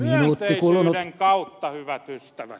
myönteisyyden kautta hyvät ystävät